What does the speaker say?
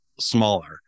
smaller